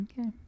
Okay